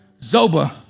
Zoba